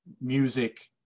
music